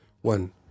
One